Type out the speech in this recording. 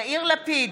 יאיר לפיד,